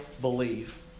believe